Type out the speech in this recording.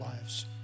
lives